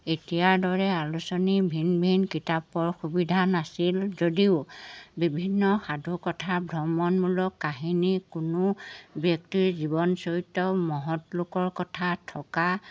এতিয়াৰ দৰে আলোচনী ভিন ভিন কিতাপৰ সুবিধা নাছিল যদিও বিভিন্ন সাধুকথা ভ্ৰমণমূলক কাহিনী কোনো ব্যক্তিৰ জীৱন চৰিত্ৰ মহৎ লোকৰ কথা থকা